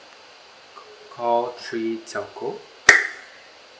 call three telco